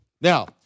Now